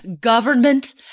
government